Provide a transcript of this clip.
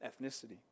ethnicity